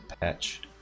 patch